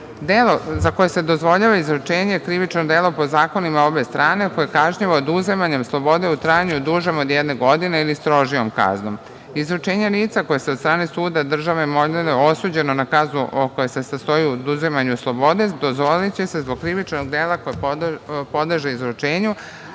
za koje se dozvoljava izručenje, krivično delo po zakonima obe strane, koje je kažnjivo oduzimanjem slobode u trajanju dužem od jedne godine ili strožijom kaznom. Izručenje lica koja su od strane suda države molilje osuđena na kaznu koja se sastoji u oduzimanju slobode dozvoliće se zbog krivičnog dela koje podleže izručenju